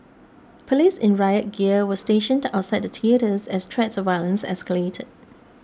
police in riot gear were stationed outside theatres as threats of violence escalated